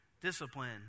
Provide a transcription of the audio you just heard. discipline